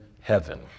heaven